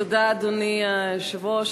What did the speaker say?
תודה, אדוני היושב-ראש.